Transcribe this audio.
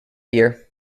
year